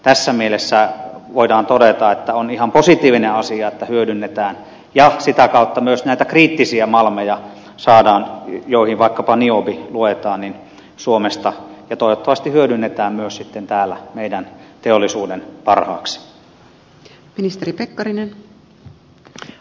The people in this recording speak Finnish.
tässä mielessä voidaan todeta että on ihan positiivinen asia että hyödynnetään ja sitä kautta myös näitä kriittisiä malmeja saadaan joihin vaikkapa niobi luetaan suomesta ja toivottavasti hyödynnetään myös sitten täällä meidän teollisuuden parhaaksi